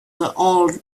all